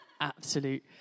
absolute